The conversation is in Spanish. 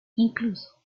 incluso